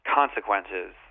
consequences